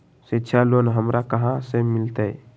शिक्षा लोन हमरा कहाँ से मिलतै?